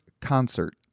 concert